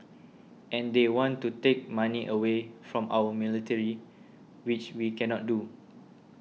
and they want to take money away from our military which we cannot do